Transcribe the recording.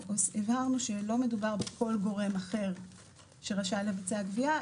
הבהרנו שלא מדובר בכל גורם אחר שרשאי לבצע גבייה,